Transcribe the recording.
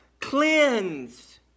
cleansed